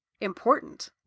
important